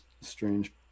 strange